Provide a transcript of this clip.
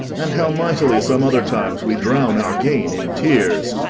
and how mightily some other times we drown our gain in tears!